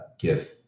give